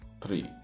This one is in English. three